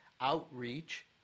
Outreach